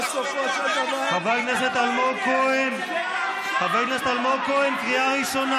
חבר הכנסת נאור שירי, קריאה שלישית.